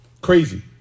Crazy